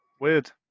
Weird